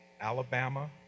Alabama